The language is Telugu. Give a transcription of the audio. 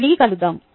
మళ్ళి కలుద్దాం